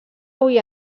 avui